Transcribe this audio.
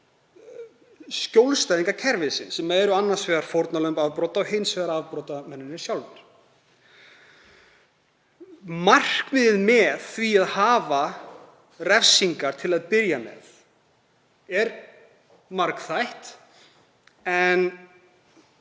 skjólstæðinga kerfisins sem eru annars vegar fórnarlömb afbrota og hins vegar afbrotamennirnir sjálfir. Markmiðið með því að hafa refsingar til að byrja með er margþætt en